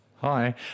Hi